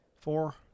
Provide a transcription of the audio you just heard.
Four